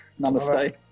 Namaste